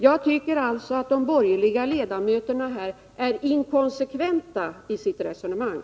Jag tycker att de borgerliga ledamöterna är inkonsekventa i sitt resonemang.